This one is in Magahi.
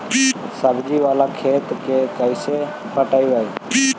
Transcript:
सब्जी बाला खेत के कैसे पटइबै?